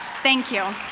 thank you.